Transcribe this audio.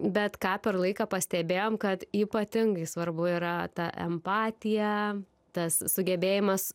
bet ką per laiką pastebėjom kad ypatingai svarbu yra ta empatija tas sugebėjimas